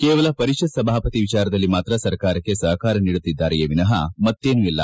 ಕೇವಲ ಪರಿಷತ್ ಸಭಾಪತಿ ವಿಚಾರದಲ್ಲಿ ಮಾತ್ರ ಸರ್ಕಾರಕ್ಷೆ ಸಹಕಾರ ನೀಡುತ್ತಿದ್ದಾರೆಯೇ ವಿನ ಮತ್ತೇನೂ ಇಲ್ಲ